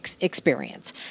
experience